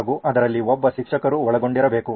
ಹಾಗೂ ಅದರಲ್ಲಿ ಒಬ್ಬ ಶಿಕ್ಷಕರು ಒಳಗೊಂಡಿರಬೇಕು